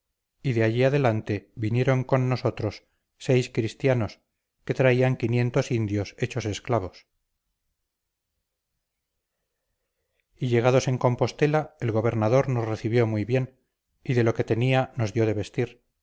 y de allí adelante vinieron con nosotros seis cristianos que traían quinientos indios hechos esclavos y llegados en compostela el gobernador nos recibió muy bien y de lo que tenía nos dio de vestir